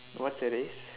what's her race